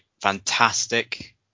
fantastic